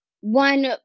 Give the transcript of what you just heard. one